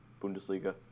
Bundesliga